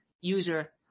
user